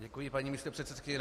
Děkuji, paní místopředsedkyně.